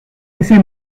ese